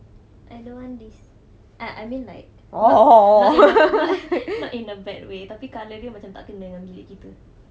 I don't want this I I mean like not not in a bad way tapi kalau lebih macam tak kena dengan bilik kita